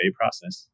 process